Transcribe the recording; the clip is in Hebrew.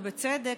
ובצדק,